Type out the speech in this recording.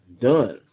done